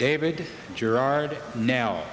david gerard now